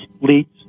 leads